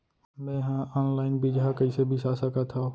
मे हा अनलाइन बीजहा कईसे बीसा सकत हाव